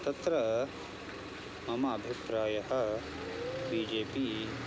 तत्र मम अभिप्रायःबि जे पि